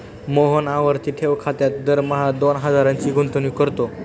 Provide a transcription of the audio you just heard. मोहन आवर्ती ठेव खात्यात दरमहा दोन हजारांची गुंतवणूक करतो